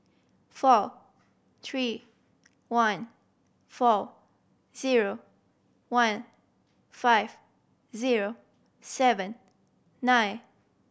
four three one four zero one five zero seven nine